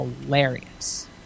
hilarious